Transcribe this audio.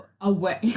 away